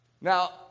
Now